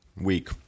week